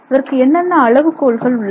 அதற்கு என்னென்ன அளவுகோல்கள் உள்ளன